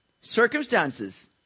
circumstances